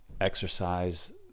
exercise